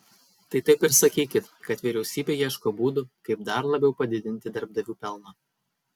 tai taip ir sakykit kad vyriausybė ieško būdų kaip dar labiau padidinti darbdavių pelną